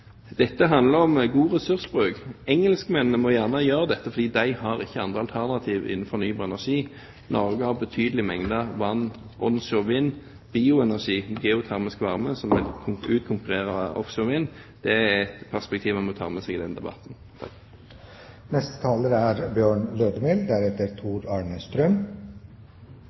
Dette handler om god ressursbruk. Engelskmennene må gjerne gjøre dette, for de har ikke andre alternativ innen fornybar energi. Norge har betydelige mengder vann, onshorevind, bioenergi og geotermisk varme som utkonkurrerer offshorevind. Det er et perspektiv man må ta med seg i denne debatten. Den nye havenergilova er